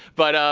but